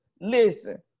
Listen